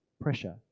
pressure